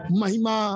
Mahima